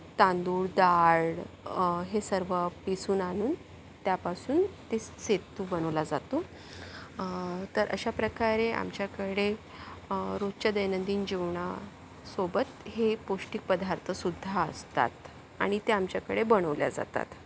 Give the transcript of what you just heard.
तांदूळ डाळ हे सर्व पीसून आणून त्यापासून ते सातू बनवला जातो तर अशाप्रकारे आमच्याकडे रोजच्या दैनंदिन जेवणासोबत हे पौष्टिक पदार्थसुद्धा असतात आणि त्या आमच्याकडे बनवले जातात